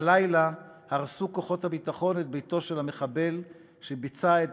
הלילה הרסו כוחות הביטחון את ביתו של המחבל שביצע את